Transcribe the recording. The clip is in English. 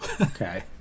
Okay